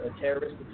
Terrorist